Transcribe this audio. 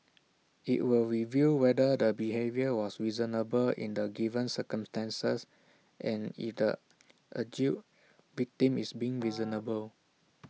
IT will review whether the behaviour was reasonable in the given circumstances and if the alleged victim is being reasonable